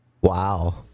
Wow